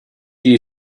you